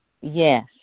Yes